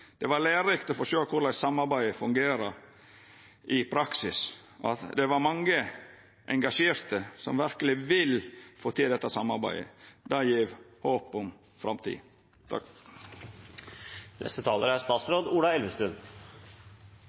Det var lærerikt å få sjå korleis samarbeidet fungerer i praksis, og det var mange engasjerte som verkeleg vil få til dette samarbeidet. Det gjev håp for framtida. Miljøsamarbeidet med Russland er